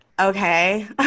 okay